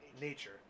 nature